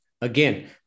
again